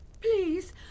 Please